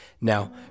Now